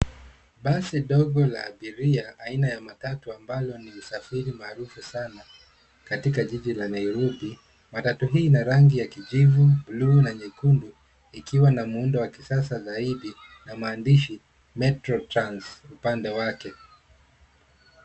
Basi dogo la abiria aina ya matau ambalo ni usafiri maarufu sana katika jiji la Nairobi. Matatu hii inarangi ya kijivu, blue na nyekundu ikiwa na muhundo wa kisasa zaidi na maadishi Metro Trans upande wake.